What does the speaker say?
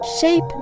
shape